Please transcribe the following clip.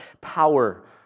power